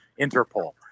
Interpol